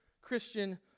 Christian